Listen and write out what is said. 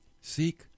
Seek